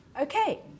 Okay